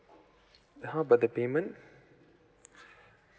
how about the payment